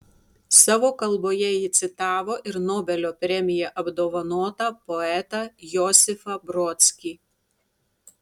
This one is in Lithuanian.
savo kalboje ji citavo ir nobelio premija apdovanotą poetą josifą brodskį